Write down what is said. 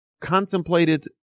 contemplated